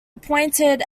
appointed